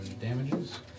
damages